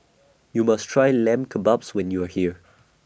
YOU must Try Lamb Kebabs when YOU Are here